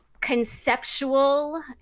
conceptual